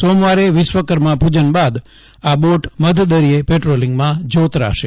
સોમવારે વિશ્વકર્મા પૂજન બાદ આ બોટ મધ દરિયે પેટ્રોલિંગમાં જોતરાશે